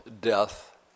death